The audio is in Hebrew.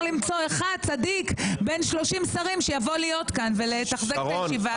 למצוא צדיק אחד מבין 30 השרים שיבוא להיות כאן ולתחזק את הישיבה הזאת.